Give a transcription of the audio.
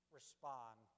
respond